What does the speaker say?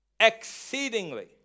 Exceedingly